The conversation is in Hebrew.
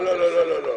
לא, לא, לא.